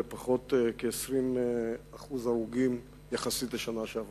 היא פחות כ-20% הרוגים יחסית לשנה שעברה.